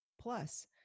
Plus